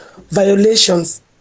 violations